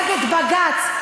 נגד בג"ץ,